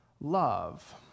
love